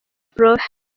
prof